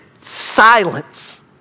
silence